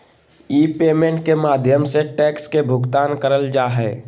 ई payment के माध्यम से टैक्स के भुगतान करल जा हय